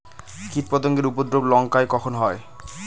কীটপতেঙ্গর উপদ্রব লঙ্কায় কখন হয়?